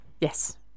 Yes